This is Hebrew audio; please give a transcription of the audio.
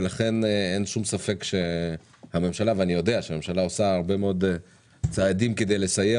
ואני יודע שהממשלה עושה הרבה מאד צעדים כדי לסייע